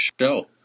show